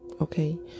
okay